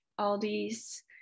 Aldi's